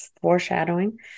foreshadowing